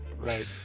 Right